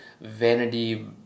vanity